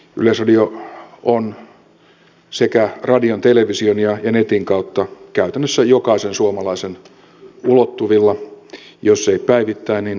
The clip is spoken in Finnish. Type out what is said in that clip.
yleisradio on radion television ja netin kautta käytännössä jokaisen suomalaisen ulottuvilla jos ei päivittäin niin viikoittain